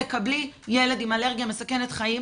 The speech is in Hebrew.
תקבלי ילד עם אלרגיה מסכנת חיים,